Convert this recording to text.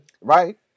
Right